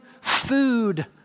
food